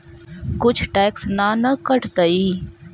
कुछ टैक्स ना न कटतइ?